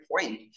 point